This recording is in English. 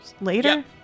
later